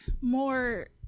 More